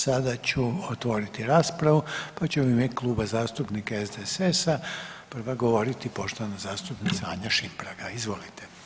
Sada ću otvoriti raspravu pa će u ime Kluba zastupnika SDSS-a prva govoriti poštovana zastupnica Anja Šimpraga, izvolite.